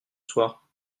soir